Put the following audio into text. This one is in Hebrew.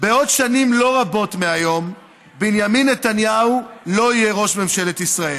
בעוד שנים לא רבות מהיום בנימין נתניהו לא יהיה ראש ממשלת ישראל.